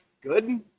good